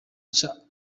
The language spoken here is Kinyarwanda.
cha